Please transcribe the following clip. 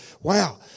Wow